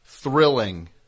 Thrilling